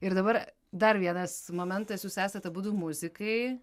ir dabar dar vienas momentas jūs esat abudu muzikai